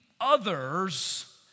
others